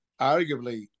arguably